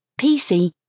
PC